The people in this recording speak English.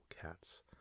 cats